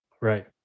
Right